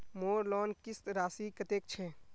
मोर लोन किस्त राशि कतेक छे?